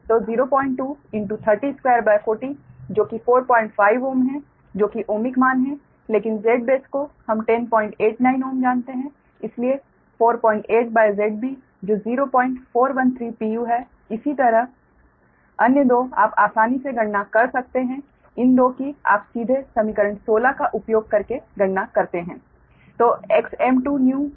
तो 02 240 जो कि 45Ω है जो कि ओमिक मान है लेकिन Z बेस को हम 1089 Ω जानते हैं इसलिए 48 ZB जो 0413 pu है इसी तरह अन्य 2 आप आसानी से गणना कर सकते हैं इन दो की आप सीधे समीकरण 16 का उपयोग करके गणना कर सकते हैं